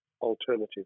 alternative